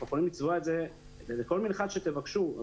אנחנו יכולים לצבוע את זה לכל מנחת שתבקשו אבל